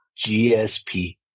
GSP